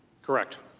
correct.